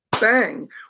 bang